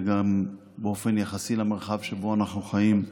פרו-מערבי באופן יחסי למרחב שבו אנו חיים.